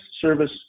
service